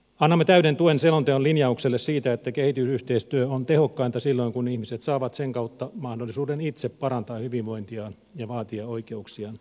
annamme täyden tuen selonteon linjaukselle siitä että kehitysyhteistyö on tehokkainta silloin kun ihmiset saavat sen kautta mahdollisuuden itse parantaa hyvinvointiaan ja vaatia oikeuksiaan